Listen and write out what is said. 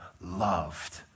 loved